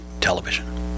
television